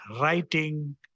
writing